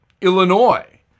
Illinois